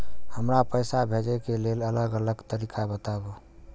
हमरा पैसा भेजै के लेल अलग अलग तरीका बताबु?